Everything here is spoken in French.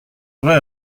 vrai